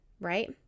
right